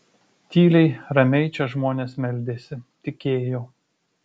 tyliai ramiai čia žmonės meldėsi tikėjo